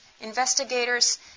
investigators